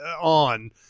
on